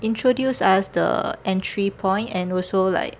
introduce us the entry point and also like